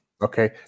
Okay